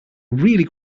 really